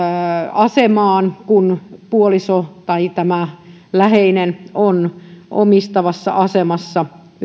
asemaan kun puoliso tai läheinen on omistavassa asemassa